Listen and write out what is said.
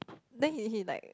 then he he like